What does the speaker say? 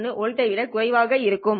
1 வோல்ட்டை விட குறைவாக இருக்கும்